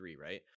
right